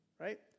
Right